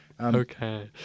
Okay